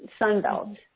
sunbelt